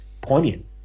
Poignant